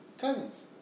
cousins